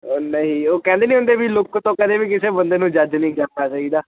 ਓ ਨਹੀਂ ਉਹ ਕਹਿੰਦੇ ਨਹੀਂ ਹੁੰਦੇ ਵੀ ਲੁੱਕ ਤੋਂ ਕਦੇ ਵੀ ਕਿਸੇ ਬੰਦੇ ਨੂੰ ਜੱਜ ਨਹੀਂ ਕਰਨਾ ਚਾਹੀਦਾ